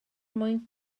mwyn